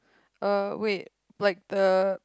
uh wait like the